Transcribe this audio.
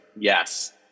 yes